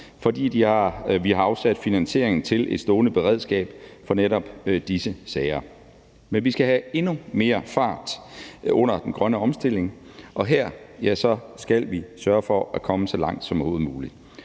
fordi vi har afsat finansiering til et stående beredskab for netop disse sager. Men vi skal have sat endnu mere fart under den grønne omstilling, og her skal vi sørge for at komme så langt som